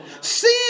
Sin